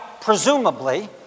presumably